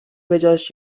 بجاش